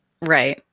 right